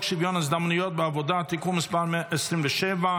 שוויון הזדמנויות בעבודה (תיקון מס' 27),